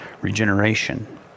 regeneration